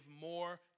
more